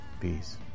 Peace